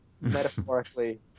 metaphorically